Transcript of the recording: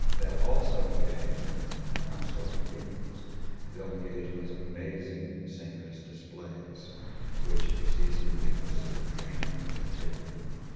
they'll also engage. when they're consorting females they'll engage in these amazing synchronous displays which exceeds anything you'll see them trained to do in captivity. i mean,